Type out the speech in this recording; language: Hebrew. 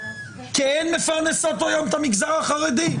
כי הן מפרנסות את המגזר החרדי.